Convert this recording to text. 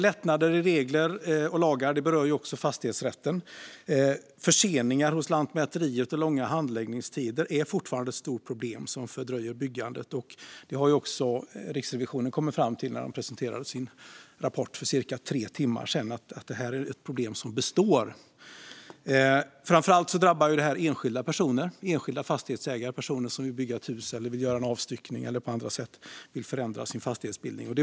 Lättnader i regler och lagar berör också fastighetsrätten. Förseningar hos Lantmäteriet och långa handläggningstider är fortfarande ett stort problem som fördröjer byggandet. Det har också Riksrevisionen kommit fram till i sin rapport, som de presenterade för cirka tre timmar sedan. Och det är ett problem som består. Framför allt drabbar detta enskilda personer - enskilda fastighetsägare och personer som vill bygga ett hus, göra en avstyckning eller på andra sätt förändra sin fastighetsbildning.